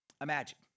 Imagine